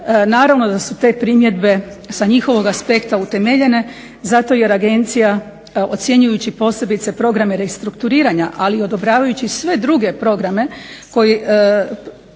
naravno da su te primjedbe sa njihovog aspekta utemeljene, zato jer agencija ocjenjujući posebice programe restrukturiranja ali i odobravajući sve druge programe